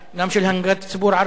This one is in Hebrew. גם של הנהגת הציבור הערבי,